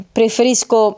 preferisco